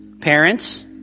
Parents